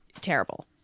terrible